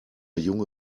junge